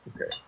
Okay